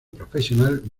profesional